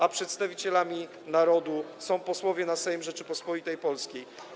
A przedstawicielami narodu są posłowie na Sejm Rzeczypospolitej Polskiej.